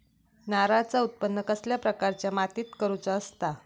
नारळाचा उत्त्पन कसल्या प्रकारच्या मातीत करूचा असता?